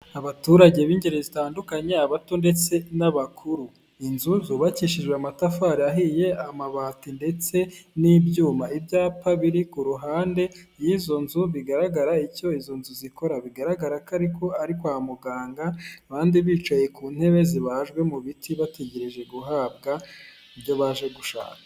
Abaturage b'ingeri zitandukanye, abato ndetse n'abakuru, inzu zubakishijwe amatafari yahiye, amabati ndetse n'ibyuma, ibyapa biri ku ruhande y'izo nzu bigaragara icyo izo nzu zikora, bigaragara ko ariko ari kwa muganga, abandi bicaye ku ntebe zibajwe mu biti bategereje guhabwa ibyo baje gushaka.